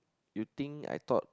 you think I thought